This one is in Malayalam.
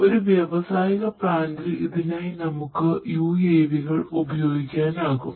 ഒരു വ്യാവസായിക പ്ലാന്റിൽ ഇതിനായി നമുക്ക് UAV കൾ ഉപയോഗിക്കാനാകും